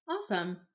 Awesome